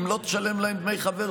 אם לא תשלם להם דמי חבר,